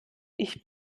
ich